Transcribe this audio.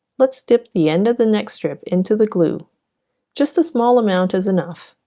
let's dip the end of the next strip into the glue just a small amount is enough